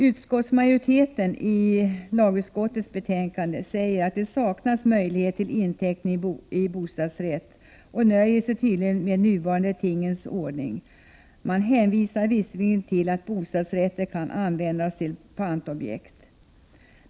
Utskottsmajoriteten säger i lagutskottets betänkande att det saknas möjlighet att göra inteckning i bostadsrätt och nöjer sig tydligen med den nuvarande tingens ordning, även om man hänvisar till att bostadsrätter kan användas som pantobjekt.